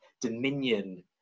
dominion